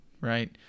Right